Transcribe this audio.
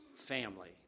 family